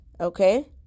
Okay